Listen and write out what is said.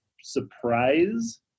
surprise